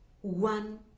one